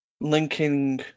linking